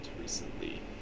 recently